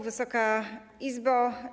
Wysoka Izbo!